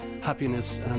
happiness